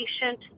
patient